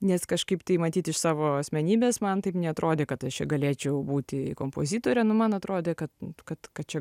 nes kažkaip tai matyt iš savo asmenybės man taip neatrodė kad aš čia galėčiau būti kompozitorė nu man atrodė kad kad kad čia